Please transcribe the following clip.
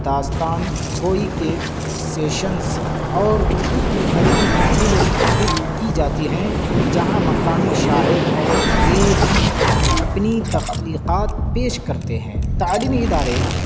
داستان گوئی کے سیشنز اور اردو کی ادبی محفلیں منعقد کی جاتی ہیں جہاں مقامی شاعر اور ادیب اپنی تخلیقات پیش کرتے ہیں تعلیمی ادارے